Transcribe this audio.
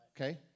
Okay